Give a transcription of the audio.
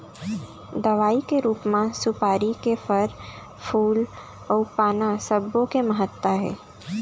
दवई के रूप म सुपारी के फर, फूल अउ पाना सब्बो के महत्ता हे